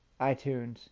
iTunes